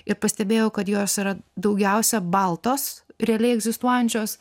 ir pastebėjo kad jos yra daugiausia baltos realiai egzistuojančios